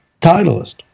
Titleist